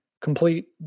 complete